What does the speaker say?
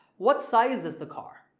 what size is the car?